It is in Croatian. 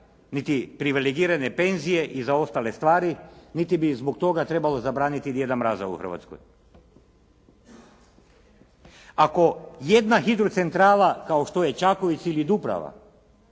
niti privilegirane penzije i za ostale stvari, niti bi zbog toga trebalo zabraniti "Djeda Mraza" u Hrvatskoj. Ako jedna hidrocentrala kao što je "Čakovec" ili "Dubrava",